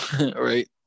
right